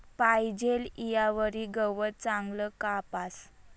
पाजेल ईयावरी गवत चांगलं कापास